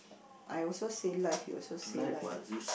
I also say life you also say life